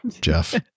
Jeff